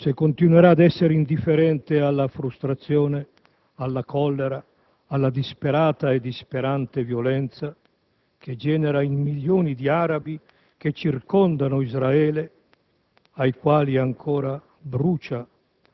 C'è da chiedersi, mi auguro, se continuerà a essere indifferente alla frustrazione, alla collera, alla disperata e disperante violenza che genera in milioni di arabi che circondano Israele,